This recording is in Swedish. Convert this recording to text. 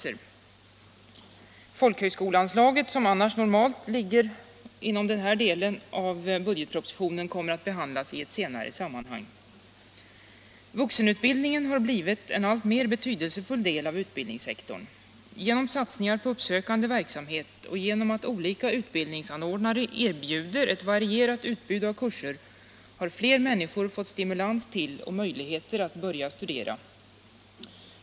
Folkhögskoleanslagen, som normalt ligger inom denna del av budgetpropositionen, kommer att behandlas i ett senare sammanhang. Vuxenutbildningen har blivit en alltmer betydelsefull del av utbildningssektorn. Genom satsningar på uppsökande verksamhet och genom att olika utbildningsanordnare erbjuder ett varierat utbud av kurser har fler människor fått stimulans till och möjlighet att börja studera.